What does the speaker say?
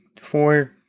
four